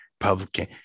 republican